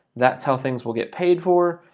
that's how things will get paid for.